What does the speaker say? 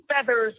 feathers